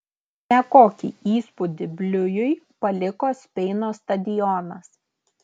nekokį įspūdį bliujui paliko speino stadionas